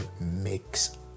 makes